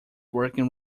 working